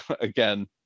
again